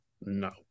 No